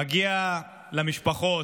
מגיע למשפחות,